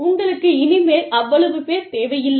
உங்களுக்கு இனிமேல் அவ்வளவு பேர் தேவையில்லை